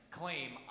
claim